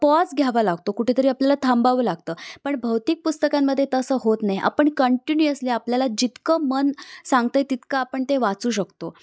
pause घ्यावा लागतो कुठेतरी आपल्याला थांबावं लागतं पण भौतिक पुस्तकांमध्ये तसं होत नाही आपण कंटिन्युअसली आपल्याला जितकं मन सांगत आहे तितकं आपण ते वाचू शकतो